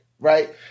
Right